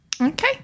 okay